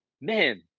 Man